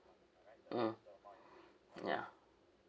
mm ya